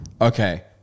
okay